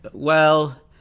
but well,